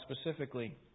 specifically